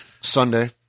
Sunday